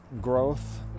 growth